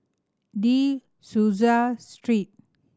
De Souza Street